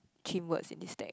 chim words in this stack